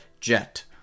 Jet